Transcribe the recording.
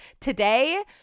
Today